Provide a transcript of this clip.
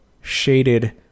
shaded